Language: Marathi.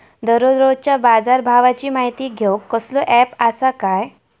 दररोजच्या बाजारभावाची माहिती घेऊक कसलो अँप आसा काय?